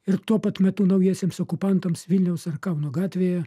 ir tuo pat metu naujiesiems okupantams vilniaus ar kauno gatvėje